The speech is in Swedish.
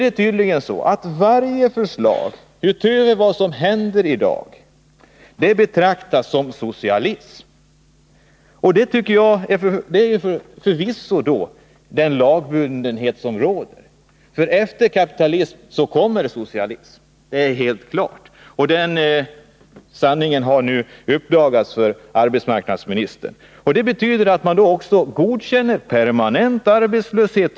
Det är tydligen så att varje förslag — utöver vad som görs i dag — betraktas som socialism. Det är förvisso den lagbundenheten som råder, för efter kapitalism kommer socialism. Det är helt klart. Och den sanningen har nu uppdagats för arbetsmarknadsministern. Det innebär tydligen att man också godkänner permanent arbetslöshet.